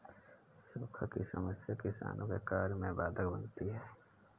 सूखा की समस्या किसानों के कार्य में बाधक बनती है